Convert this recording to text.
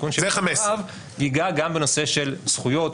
ייגע גם בנושא של זכויות,